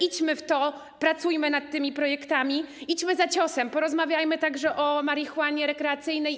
Idźmy w to, pracujmy nad tymi projektami, idźmy za ciosem, porozmawiajmy także o marihuanie rekreacyjnej.